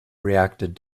reacted